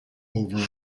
over